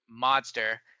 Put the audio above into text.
monster